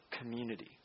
community